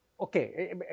Okay